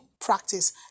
practice